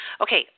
Okay